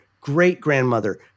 great-grandmother